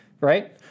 Right